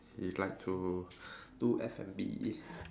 he like to do F&B